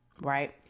Right